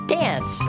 dance